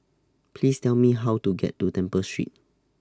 Please Tell Me How to get to Temple Street